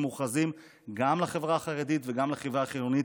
מוכרזים גם לחברה החרדית וגם לחברה החילונית,